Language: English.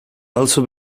also